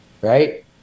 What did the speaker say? right